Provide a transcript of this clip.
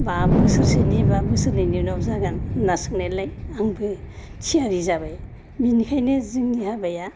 बा बोसोरसोनि एबा बोसोरनैनि उनाव जागोन होनना सोंनायलाय आंबो थियारि जाबाय बिनिखायनो जोंनि हाबाया